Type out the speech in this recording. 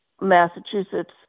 Massachusetts